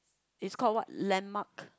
is called what landmark